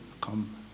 come